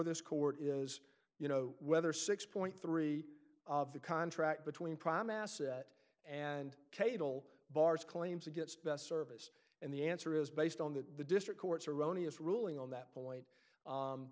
this court is you know whether six point three of the contract between prime asset and cable bars claims that gets best service and the answer is based on that the district court's erroneous ruling on that point